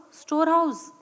storehouse